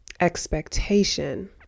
Expectation